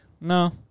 no